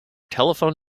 telephone